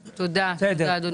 תודה, תודה אדוני.